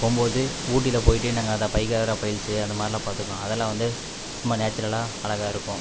போகும்போது ஊட்டியில் போயிட்டு நாங்கள் அந்த பைகாரா ஃபால்ஸு அந்த மாதிரிலாம் பார்த்துருக்கோம் அதெல்லாம் வந்து சும்மா நேச்சுரலாக அழகாக இருக்கும்